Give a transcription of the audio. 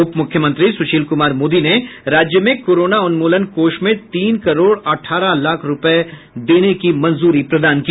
उप मुख्यमंत्री सुशील कुमार मोदी ने राज्य में कोरोना उन्मूलन कोष में तीन करोड़ अठारह लाख रुपये देने की मंजूरी प्रदान की